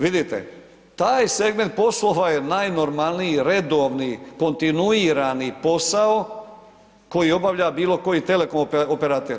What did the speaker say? Vidite, taj segment poslova je najnormalniji redovni, kontinuirani posao koji obavlja bilo koji telekom operater.